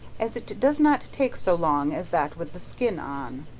as it does not take so long as that with the skin on.